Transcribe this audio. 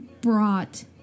brought